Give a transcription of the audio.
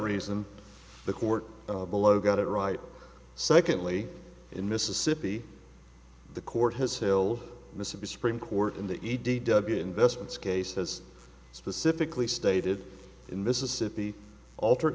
reason the court below got it right secondly in mississippi the court has hailed mississippi supreme court in the e d w investments case has specifically stated in mississippi alter